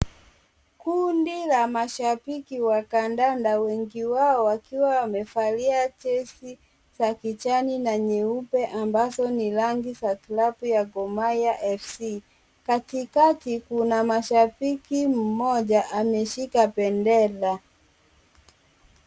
Kundi la mashabiki wa kandanda wengi wao wakiwa wamevalia jezi za kijani na nyeupe ambazo ni rangi za klabu ya Gor Mahia FC. Katikati kuna mashabiki mmoja ameshika bendera.